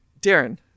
Darren